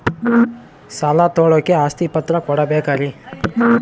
ಸಾಲ ತೋಳಕ್ಕೆ ಆಸ್ತಿ ಪತ್ರ ಕೊಡಬೇಕರಿ?